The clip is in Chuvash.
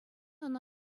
ӑна